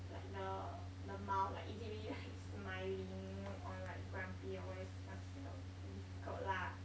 like the the mouth like is it really like smiling or like grumpy or [what] you also cannot tell difficult lah